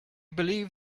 believe